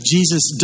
Jesus